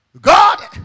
God